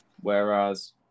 Whereas